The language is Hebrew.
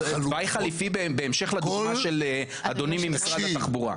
סתם תוואי חליפי בהמשך לדוגמה של אדוני ממשרד התחבורה.